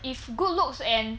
if good looks and